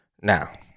Now